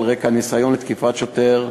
על רקע ניסיון לתקיפת שוטר.